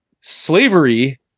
slavery